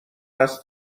است